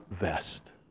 vest